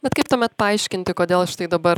bet kaip tuomet paaiškinti kodėl štai dabar